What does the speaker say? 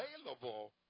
available